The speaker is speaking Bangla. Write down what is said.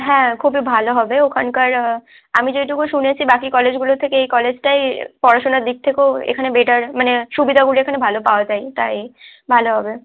হ্যাঁ খুবই ভালো হবে ওখানকার আমি যেটুকু শুনেছি বাকি কলেজগুলোর থেকে এই কলেজটায় পড়াশোনার দিক থেকেও এখানে বেটার মানে সুবিধাগুলো এখানে ভালো পাওয়া যায় তাই ভালো হবে